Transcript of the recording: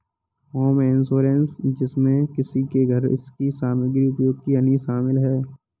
home insurance जिसमें किसी के घर इसकी सामग्री उपयोग की हानि शामिल है